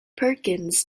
perkins